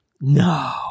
No